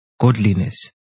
godliness